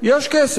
יש כסף,